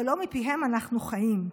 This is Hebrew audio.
אבל לא מפיהם אנחנו חיים.